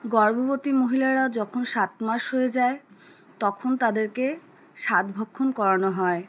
গর্ভবতী মহিলারা যখন সাত মাস হয়ে যায় তখন তাদেরকে সাধ ভক্ষণ করানো হয়